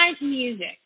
music